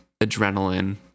adrenaline